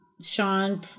Sean